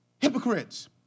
hypocrites